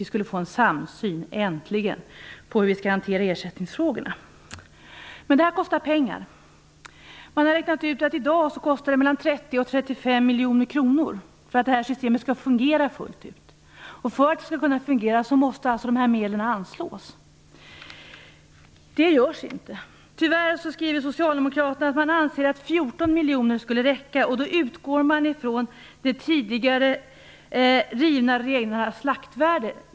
Vi skulle äntligen få en samsyn på hur vi skall hantera ersättningsfrågorna. Men det här kostar pengar. Man har räknat ut att det i dag skulle kosta mellan 30 och 35 miljoner kronor för att systemet skulle fungera fullt ut. För att det skall fungera måste alltså dessa medel anslås. Det görs inte. Tyvärr skriver socialdemokraterna att man anser att 14 miljoner skulle räcka, och då utgår man från de tidigare rivna renarnas slaktvärde.